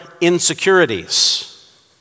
insecurities